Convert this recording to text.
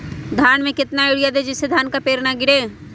धान में कितना यूरिया दे जिससे धान का पेड़ ना गिरे?